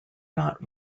not